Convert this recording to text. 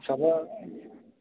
सगळं